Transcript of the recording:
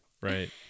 Right